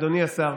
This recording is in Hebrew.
אדוני השר,